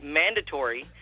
mandatory